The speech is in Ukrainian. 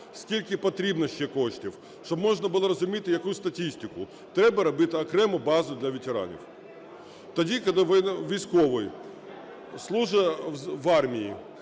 скільки потрібно ще коштів, щоб можна було розуміти якусь статистику, треба робити окрему базу для ветеранів. Тоді, коли військовий служить в армії,